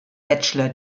bachelor